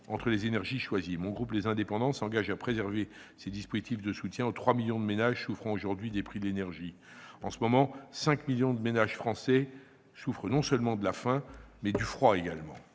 entre les énergies choisies, le groupe Les Indépendants - République et Territoires s'engage à préserver ces dispositifs de soutien aux 3 millions de ménages souffrant aujourd'hui des prix de l'énergie. En ce moment, 5 millions de ménages français souffrent non seulement de la faim, mais encore du froid.